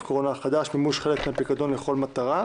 הקורונה החדש) (מימוש חלק מהפיקדון לכל מטרה),